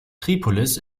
tripolis